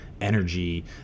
energy